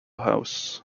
house